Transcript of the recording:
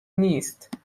نیست